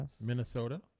Minnesota